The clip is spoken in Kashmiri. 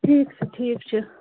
ٹھیٖک چھُ ٹھیٖک چھُ